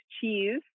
cheese